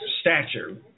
stature